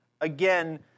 again